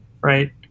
right